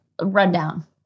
rundown